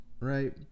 right